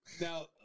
Now